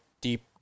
deep